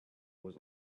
was